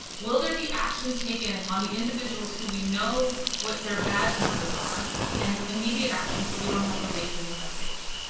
will there be action taken on the individuals who we know what their badge numbers are an immediate action, so we don't have to wait for investigation?